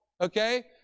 Okay